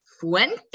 Fuente